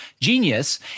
Genius